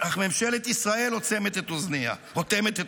אך ממשלת ישראל אוטמת את אוזניה.